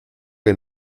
que